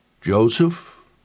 Joseph